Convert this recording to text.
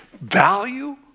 value